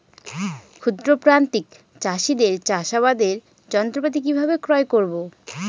ক্ষুদ্র প্রান্তিক চাষীদের চাষাবাদের যন্ত্রপাতি কিভাবে ক্রয় করব?